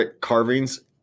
carvings